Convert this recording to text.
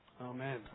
Amen